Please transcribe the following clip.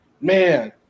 man